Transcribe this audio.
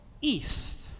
east